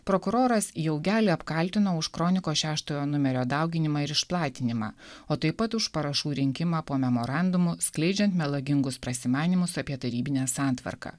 prokuroras jaugelį apkaltino už kronikos šeštojo numerio dauginimą ir išplatinimą o taip pat už parašų rinkimą po memorandumu skleidžiant melagingus prasimanymus apie tarybinę santvarką